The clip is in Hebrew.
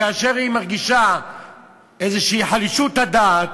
כאשר היא מרגישה איזו חלישות הדעת.